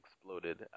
exploded